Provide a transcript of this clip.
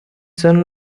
son